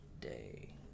day